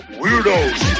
weirdos